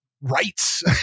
rights